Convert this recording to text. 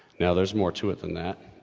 now, there's more to it than that,